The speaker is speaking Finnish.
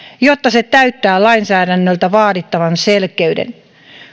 jotta se täyttää lainsäädännöltä vaadittavan selkeyden